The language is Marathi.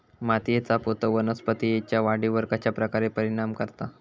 मातीएचा पोत वनस्पतींएच्या वाढीवर कश्या प्रकारे परिणाम करता?